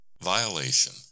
Violation